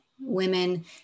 women